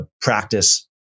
practice